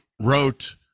wrote